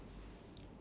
ya